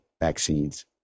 vaccines